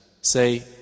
Say